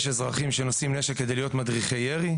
יש אזרחים שנושאים נשק כדי להיות מדריכי ירי.